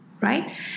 Right